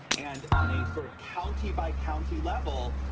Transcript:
and on a sort of county by county level,